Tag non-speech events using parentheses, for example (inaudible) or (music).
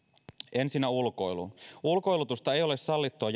ensinnä ulkoilu ulkoilutusta ei ole sallittua (unintelligible)